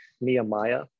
Nehemiah